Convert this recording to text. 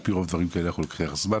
על פי רוב דברים כאלו לוקחים זמן,